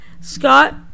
Scott